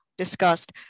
discussed